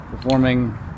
performing